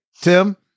Tim